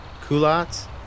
culottes